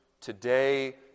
today